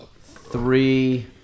three